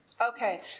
Okay